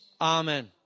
Amen